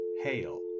Hail